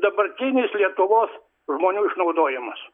dabartinis lietuvos žmonių išnaudojimas